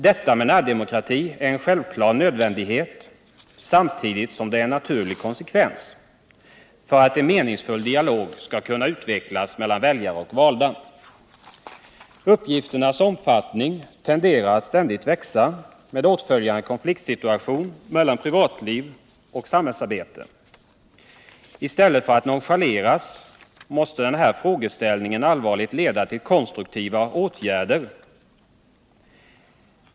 Detta med närdemokrati är en självklar nödvändighet samtidigt som det är en naturlig konsekvens för att en meningsfull dialog skall kunna utvecklas mellan väljare och valda. Uppgifternas omfattning tenderar att ständigt växa med åtföljande konflikt mellan privatliv och samhällsarbete. I stället för att nonchaleras måste frågeställningens allvar leda till konstruktiva åtgärder.